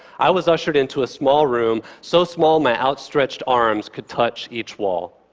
i was ushered into a small room, so small my outstretched arms could touch each wall.